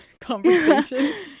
conversation